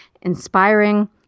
inspiring